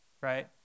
right